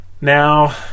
Now